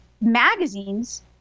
magazines